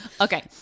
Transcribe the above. Okay